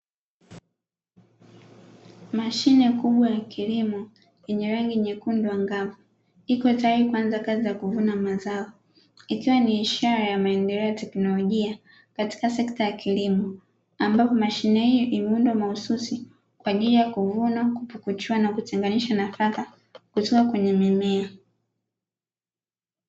Mashine kubwa ya kilimo yenye rangi nyekundu angavu iko tayari kuanza kazi ya kuvuna mazao, ikiwa ni ishara ya maendeleo ya teknolojia katika sekta ya kilimo. Ambapo mashine hii imeundwa mahususi kwa ajili ya kuvuna, kupukuchua na kutenganisha nafaka kutoka kwenye mimea.